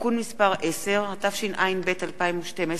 (תיקון מס' 10), התשע"ב 2012,